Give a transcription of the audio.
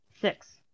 Six